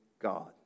God